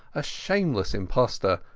a shameless impostor,